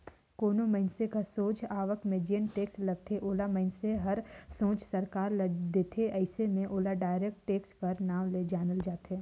कोनो मइनसे कर सोझ आवक में जेन टेक्स लगथे ओला मइनसे हर सोझ सरकार ल देथे अइसे में ओला डायरेक्ट टेक्स कर नांव ले जानल जाथे